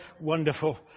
wonderful